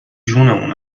جونمون